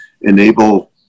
enable